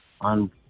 on